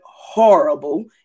Horrible